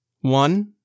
One